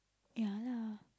ya lah